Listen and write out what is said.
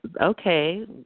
okay